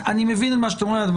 אני מבין מה שאת אומרת,